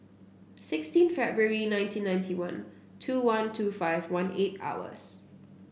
sixteen February nineteen ninety one two one two five one eight hours